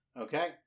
Okay